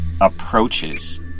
approaches